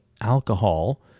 alcohol